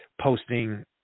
posting